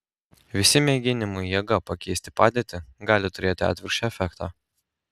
visi mėginimai jėga pakeisti padėtį gali turėti atvirkščią efektą